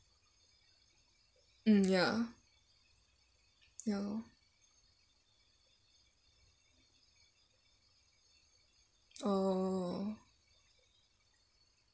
mm ya ya lor oh